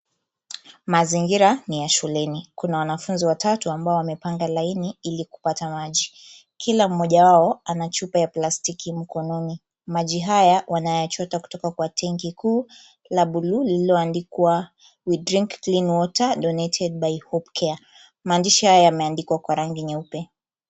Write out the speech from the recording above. Mazingira ni ya shuleni. Kuna wanafunzi watatu ambao wamepanga laini ili kupata maji. Kila mmoja wao ana chupa ya plastiki mkononi. Maji haya wanayachota kutoka kwa tenki kuu la bluu lililoandikwa we drink clean water donated by hope care . Maandishi haya yameandikwa kwa rangi nyeupe.